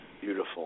Beautiful